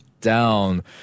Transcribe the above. down